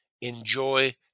enjoy